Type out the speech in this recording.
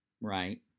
right